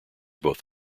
both